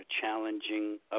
challenging